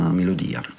melodia